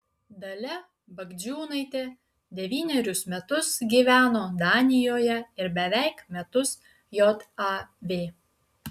dalia bagdžiūnaitė devynerius metus gyveno danijoje ir beveik metus jav